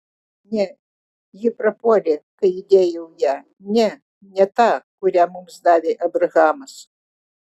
ne ji prapuolė kai įdėjau ją ne ne tą kurią mums davė abrahamas